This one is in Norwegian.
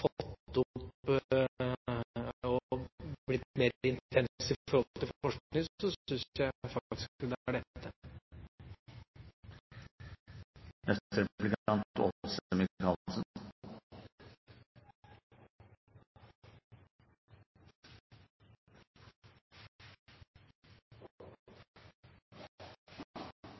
blitt mer intens i forhold til forskning, syns jeg faktisk det er dette.